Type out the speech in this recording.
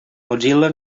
mozilla